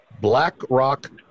BlackRock